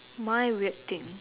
my weird thing